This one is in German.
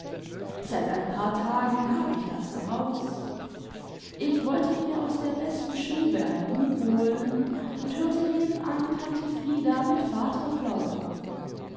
seit ein paar tagen hab ich das heraus ich wollte mir aus der besten stube ein buch holen und hörte nebenan tante frieda mit vater plaudern